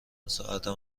ساعتم